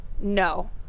no